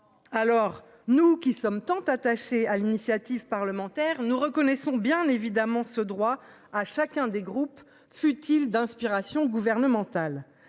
Alors, nous qui sommes tant attachés à l'initiative parlementaire nous reconnaissons bien évidemment ce droit à chacun des groupes futile d'inspiration gouvernementale,